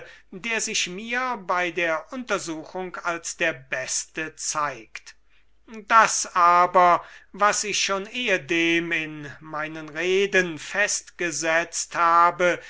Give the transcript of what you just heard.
der sich mir bei der untersuchung als der beste zeigt das aber was ich schon ehedem in meinen reden festgesetzt habe